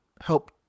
help